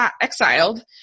exiled